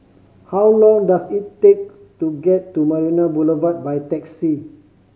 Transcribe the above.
how long does it take to get to Marina Boulevard by taxi